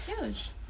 Huge